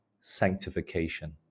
sanctification